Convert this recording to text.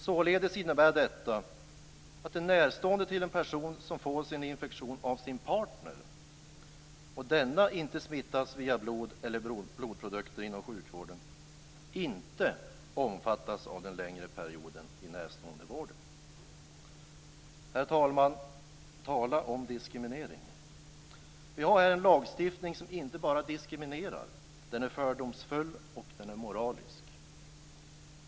Således innebär detta att en närstående till en person som får sin infektion av sin partner, om denna inte smittats via blod eller blodprdukter inom sjukvården, inte omfattas av den längre perioden i närståendevården. Herr talman! Tala om diskriminering! Vi har här en lagstiftning som inte bara diskriminerar - den är fördomsfull och moralisk.